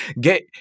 get